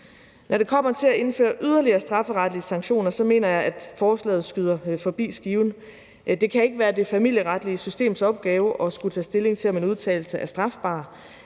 Når det kommer til at indføre yderligere strafferetlige sanktioner, mener jeg, at forslaget skyder forbi skiven. Det kan ikke være det familieretlige systems opgave at skulle tage stilling til, om en udtalelse er strafbar,